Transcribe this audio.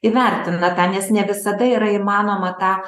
įvertina tą nes ne visada yra įmanoma tą